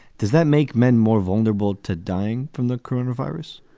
does that make men more vulnerable to dying from the karun virus?